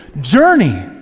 journey